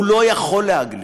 הוא לא יכול להגליד.